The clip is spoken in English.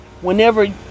whenever